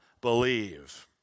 believe